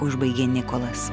užbaigė nikolas